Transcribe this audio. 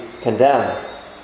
condemned